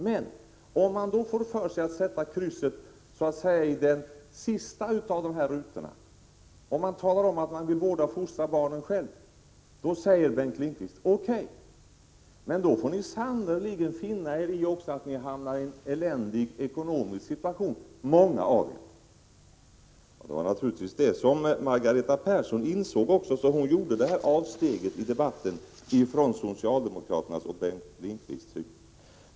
Men om man då får för sig att sätta krysset i den sistnämnda rutan, om man talar om att man vill vårda och fostra barnen själv, säger Bengt Lindqvist: Okej, men då får ni sannerligen också finna er i att många av er hamnar i en eländig situation ekonomiskt. Det var naturligtvis också det som Margareta Persson insåg, då hon i debatten gjorde sitt avsteg från socialdemokraternas och Bengt Lindqvists synsätt.